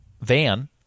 van